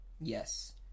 Yes